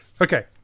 Okay